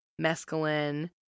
mescaline